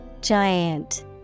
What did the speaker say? giant